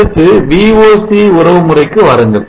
அடுத்து Voc உறவு முறைக்கு வாருங்கள்